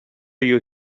you